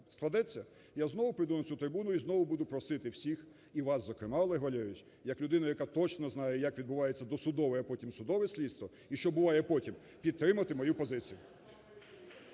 складеться – я знову прийду на цю трибуну і знову буду просити всіх і вас, зокрема, Олег Валерійович як людину, яка точно знає, як відбувається досудове, а потім судове слідство і що буває потім, підтримати мою позицію